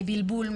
מבלבול,